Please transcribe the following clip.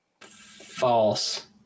False